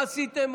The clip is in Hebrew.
מה עשיתם?